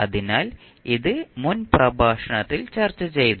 അതിനാൽ ഇത് മുൻ പ്രഭാഷണത്തിൽ ചർച്ചചെയ്തു